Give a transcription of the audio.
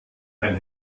ein